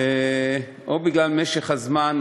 או בגלל משך הזמן,